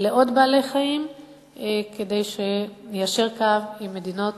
לעוד בעלי-חיים כדי שניישר קו עם מדינות